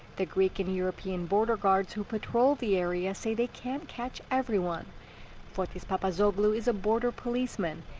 the greek and european border guards who patrol the area say they can't catch everyone fotis papazoglou is a border policeman.